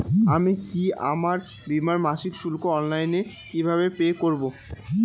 আমি কি আমার বীমার মাসিক শুল্ক অনলাইনে কিভাবে পে করব?